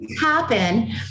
happen